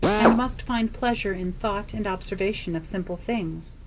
and must find pleasure in thought and observation of simple things,